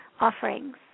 offerings